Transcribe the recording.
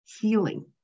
healing